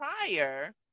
prior